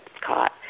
caught